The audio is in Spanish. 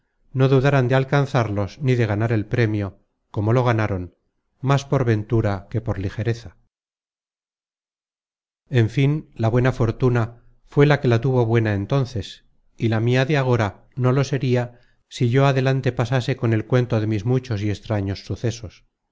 no dudaran de alcanzarlos ni de ganar el premio como lo ganaron más por ventura que por ligereza en fin la buena fortuna fué la que la tuvo buena entonces y la mia de agora no lo sería si yo adelante pasase con el cuento de mis muchos y extraños sucesos